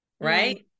right